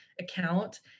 account